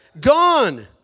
Gone